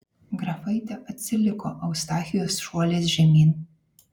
grafaitė atsiliko eustachijus šuoliais žemyn